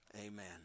Amen